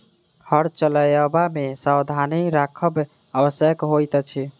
हर चलयबा मे सावधानी राखब आवश्यक होइत अछि